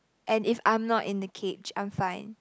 and if I'm not in the cage I'm fine